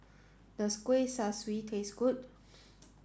does Kuih Kaswi taste good